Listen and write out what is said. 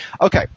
Okay